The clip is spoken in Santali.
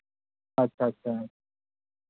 ᱟᱪᱪᱷᱟ ᱟᱪᱪᱷᱟ